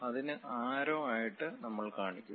അതിന് അരോ ആയിട്ട് നമ്മൾ കാണിക്കും